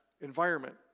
environment